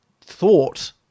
thought